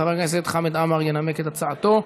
חבר הכנסת חמד עמאר ינמק את הצעתו.